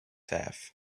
have